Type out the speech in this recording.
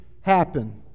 happen